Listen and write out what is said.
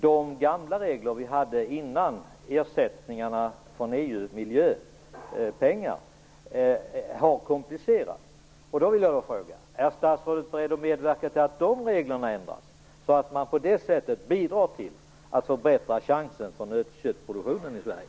De gamla reglerna, som fanns innan ersättningarna i form av EU:s miljöpengar kom, har komplicerats. Är statsrådet beredd medverka till att de reglerna ändras så att man på det sätter bidrar till att förbättra chansen för nötköttsproduktionen i Sverige?